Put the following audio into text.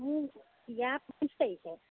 মোৰ বিয়া পঁচিছ তাৰিখে